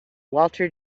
walter